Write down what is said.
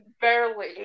Barely